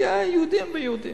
יהיה יהודים ויהודים.